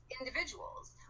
individuals